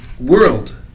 world